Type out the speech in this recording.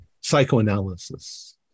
psychoanalysis